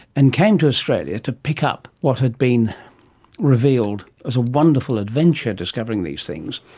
and came to australia to pick up what had been revealed as a wonderful adventure discovering these things.